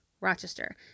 Rochester